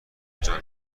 جان